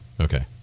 Okay